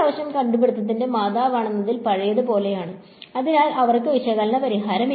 അത്യാവശ്യം കണ്ടുപിടുത്തത്തിന്റെ മാതാവാണെന്നതിനാൽ പഴയത് പോലെയാണ് അതിനാൽ അവർക്ക് വിശകലന പരിഹാരമില്ല